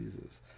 Jesus